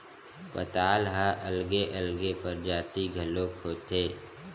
पताल ह अलगे अलगे परजाति घलोक होथे